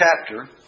chapter